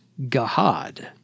Gahad